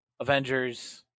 Avengers